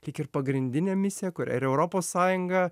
tiek ir pagrindinė misija kurią ir europos sąjunga